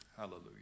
Hallelujah